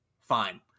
Fine